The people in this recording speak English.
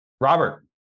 Robert